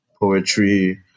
poetry